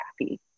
happy